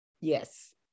Yes